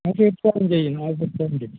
അത് തീർച്ചയായും ചെയ്യും അത് തീർച്ചയായിട്ടും ചെയ്യും